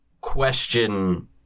question